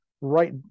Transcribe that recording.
right